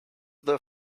the